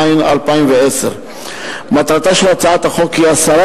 התש"ע 2010. מטרתה של הצעת החוק היא הסרת